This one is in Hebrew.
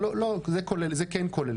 זה כן כולל.